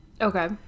Okay